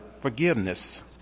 forgiveness